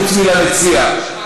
חוץ מלמציע,